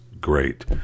great